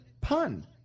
pun